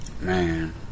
Man